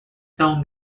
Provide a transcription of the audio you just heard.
stone